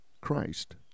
Christ